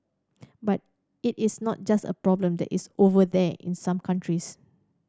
but it is not just a problem that is 'over there' in some countries